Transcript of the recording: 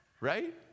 Right